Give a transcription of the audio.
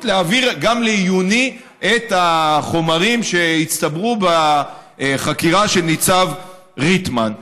להעביר גם לעיוני את החומרים שהצטברו בחקירה של ניצב ריטמן.